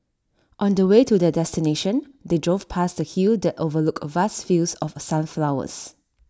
on the way to their destination they drove past A hill that overlooked vast fields of sunflowers